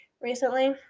recently